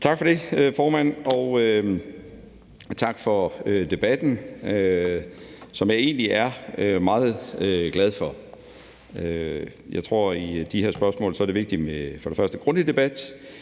Tak for det, formand, og tak for debatten, som jeg egentlig er meget glad for. Jeg tror, at det i de her spørgsmål er vigtigt med for det første grundig debat,